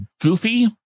Goofy